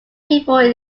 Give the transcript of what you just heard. people